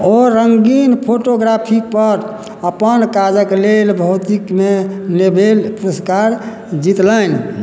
ओ रङ्गिन फोटोग्राफीपर अपन काजक लेल भौतिकमे नोबेल पुरस्कार जितलनि